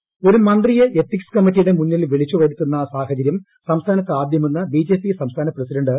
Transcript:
സുരേന്ദ്രൻ ഒരു മന്ത്രിയെ എത്തിക്സ് കമ്മിറ്റിയുടെ മുന്നിൽ വിളിച്ച് വരുത്തുന്ന സാഹചര്യം സംസ്ഥാനത്ത് ആദ്യമെന്ന് ബിജെപി സംസ്ഥാന പ്രസിഡന്റ് കെ